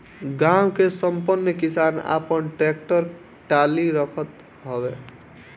गांव के संपन्न किसान आपन टेक्टर टाली रखत हवे